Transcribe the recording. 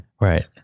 Right